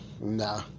Nah